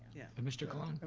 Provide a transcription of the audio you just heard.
mr. colon.